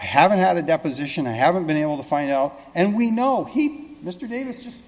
haven't had a deposition i haven't been able to find no and we know he mr davis